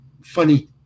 funny